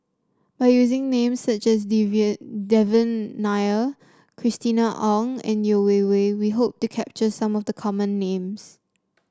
by using names such as Devan Nair Christina Ong and Yeo Wei Wei we hope to capture some of the common names